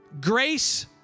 Grace